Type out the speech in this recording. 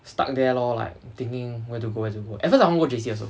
stuck there lor like thinking where to go as you go at first I want go J_C also